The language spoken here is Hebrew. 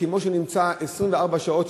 כמו שהוא נמצא 24 שעות,